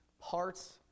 parts